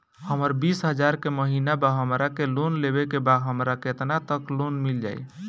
हमर बिस हजार के महिना बा हमरा के लोन लेबे के बा हमरा केतना तक लोन मिल जाई?